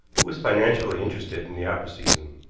who was financially interested in the opera season.